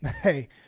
Hey